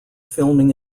filming